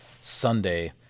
Sunday –